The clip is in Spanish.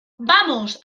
vamos